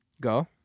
Go